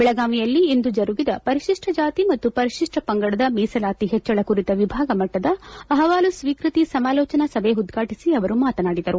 ಬೆಳಗಾವಿಯಲ್ಲಿಂದು ಜರುಗಿದ ಪರಿಶಿಷ್ಟ ಜಾತಿ ಮತ್ತು ಪರಿಶಪ್ಪ ಪಂಗಡದ ಮೀಸಲಾತಿ ಹೆಚ್ಚಳ ಕುರಿತ ವಿಭಾಗ ಮಟ್ಟದ ಅಹವಾಲು ಸ್ವೀಕೃತಿ ಸಮಾಲೋಚನಾ ಸಭೆ ಉದ್ಘಾಟಿಸಿ ಅವರು ಮಾತನಾಡಿದರು